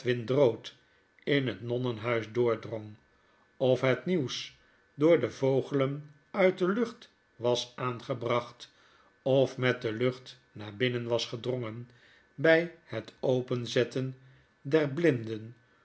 in het nonnenhuis doordrong of het nieuws door de vogelen uit de lucht was aangebracht of met de lucht naar binnen was gedrongen bi het openzetten der blinden